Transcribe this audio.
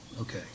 Okay